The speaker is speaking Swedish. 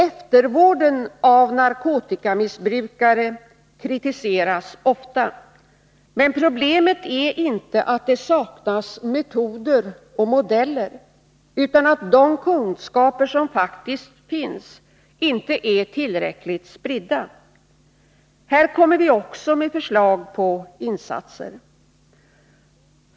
Eftervården av narkotikamissbrukare kritiseras ofta, men problemet är inte att det saknas metoder och modeller utan att de kunskaper som faktiskt finns inte är tillräckligt spridda. Här kommer vi också med förslag om insatser.